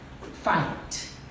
fight